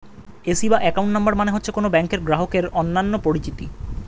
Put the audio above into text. AC বা account number মানে হচ্ছে কোন ব্যাংকের গ্রাহকের অন্যান্য পরিচিতি